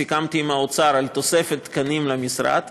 סיכמתי עם האוצר על תוספת תקנים למשרד,